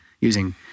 using